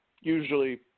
usually